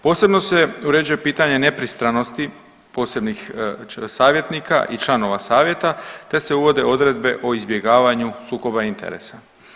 Posebno se uređuje pitanje nepristranosti posebnih savjetnika i članova savjeta, te se uvode odredbe o izbjegavanju sukoba interesa.